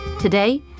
Today